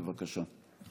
בבקשה.